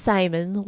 Simon